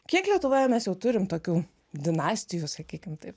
kiek lietuvoje mes jau turim tokių dinastijų sakykim taip